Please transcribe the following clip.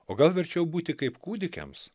o gal verčiau būti kaip kūdikiams